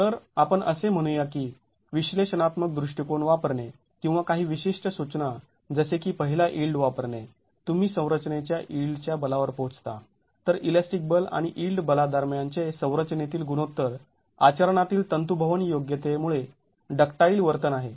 तर आपण असे म्हणू या की विश्लेषणात्मक दृष्टिकोन वापरणे किंवा काही विशिष्ट सूचना जसे की पहिला यिल्ड वापरणे तुम्ही संरचनेच्या यिल्डच्या बलावर पोहोचता तर इलॅस्टिक बल आणि यिल्ड बला दरम्यानचे संरचनेतील गुणोत्तर आचरणातील तंतूभवन योग्यते मुळे डक्टाईल वर्तन आहे